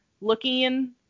looking